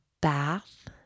bath